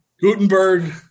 Gutenberg